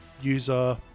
User